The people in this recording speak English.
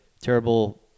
terrible